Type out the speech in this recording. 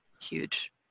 huge